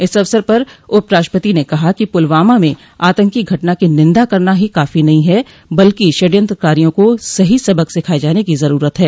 इस अवसर पर उप राष्ट्रपति ने कहा कि पुलवामा में आतंकी घटना की निन्दा करना ही काफो नहीं है बल्कि षड्यंत्रकारियों को सही सबक सिखाये जाने की जरूरत है